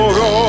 go